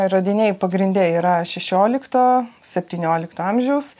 radiniai pagrinde yra šešiolikto septyniolikto amžiaus